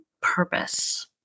purpose